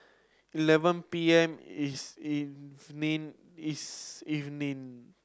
eleven P M evening evening